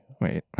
Wait